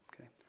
Okay